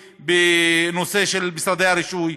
בנושא של משרדי הרישוי,